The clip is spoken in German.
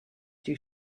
die